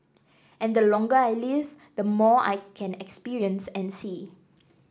and the longer I live the more I can experience and see